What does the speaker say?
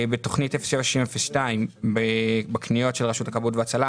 בתוכנית 076002, בקניות של רשות הכבאות וההצלה